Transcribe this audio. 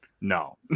No